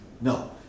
No